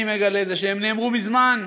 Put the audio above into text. אני מגלה שהם נאמרו מזמן,